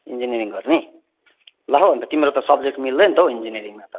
engineering गर्ने ला हो अन्त तिम्रो त सब्जेक्ट मिल्दैन त हो इन्जिनियरिङमा त अन्त